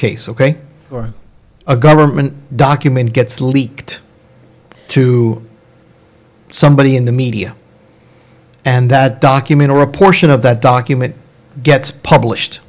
case ok or a government document gets leaked to somebody in the media and that document or a portion of that document gets published